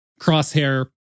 Crosshair